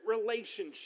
relationship